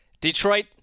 Detroit